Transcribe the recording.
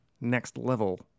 next-level